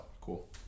Cool